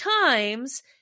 times